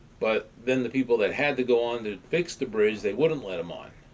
but then the people that had to go on to fix the bridge, they wouldn't let them on.